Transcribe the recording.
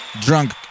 Drunk